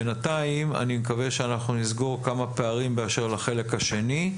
בינתיים אני מקווה שאנחנו נסגור כמה פערים באשר לחלק השני,